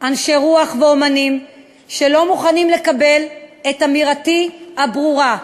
אנשי רוח ואמנים שלא מוכנים לקבל את אמירתי הברורה: